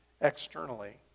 externally